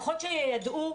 לפחות שייַדעו,